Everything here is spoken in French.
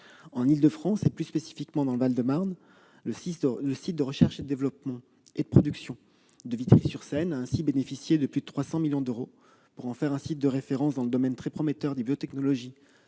En Île-de-France, plus spécifiquement dans le Val-de-Marne, le site de recherche et développement et de production de Vitry-sur-Seine a ainsi bénéficié de plus de 300 millions d'euros pour en faire un site de référence dans le domaine très prometteur des biotechnologies